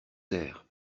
sert